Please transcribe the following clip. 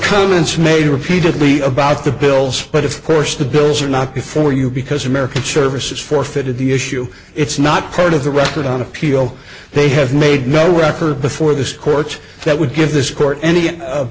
coleman's made repeatedly about the bills but of course the bills are not before you because american service has forfeited the issue it's not part of the record on appeal they have made no record before the scorch that would give this court any